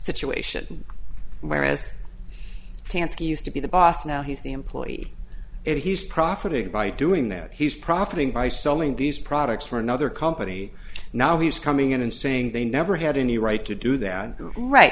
situation whereas danske used to be the boss now he's the employee and he's profiting by doing that he's profiting by selling these products for another company now he's coming in and saying they never had any right to do that right